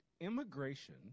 immigration